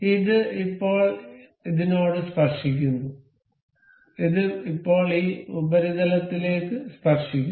ഇത് ഇപ്പോൾ ഇതിനോട് സ്പർശിക്കുന്നു ഇത് ഇപ്പോൾ ഈ ഉപരിതലത്തിലേക്ക് സ്പർശിക്കുന്നു